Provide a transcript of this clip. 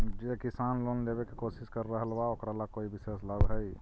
जे किसान लोन लेवे के कोशिश कर रहल बा ओकरा ला कोई विशेष लाभ हई?